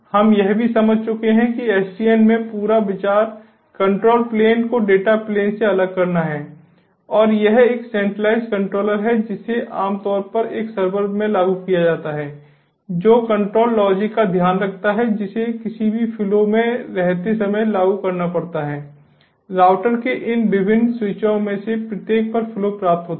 हम यह भी समझ चुके हैं कि SDN में पूरा विचार कंट्रोल प्लेन को डेटा प्लेन से अलग करना है और यह एक सेंट्रलाइज्ड कंट्रोलर है जिसे आम तौर पर एक सर्वर में लागू किया जाता है जो कंट्रोल लॉजिक का ध्यान रखता है जिसे किसी भी फ्लो में रहते समय लागू करना पड़ता है राउटर के इन विभिन्न स्विचों में से प्रत्येक पर फ्लो प्राप्त होता है